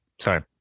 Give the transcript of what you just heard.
sorry